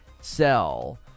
sell